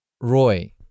Roy